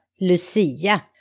Lucia